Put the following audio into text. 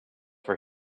for